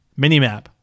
Minimap